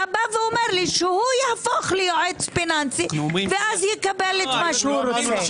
אתה בא ואומר לי שהוא יהפוך ליועץ פיננסי ואז יקבל את מה שהוא רוצה.